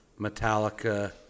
Metallica